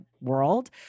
world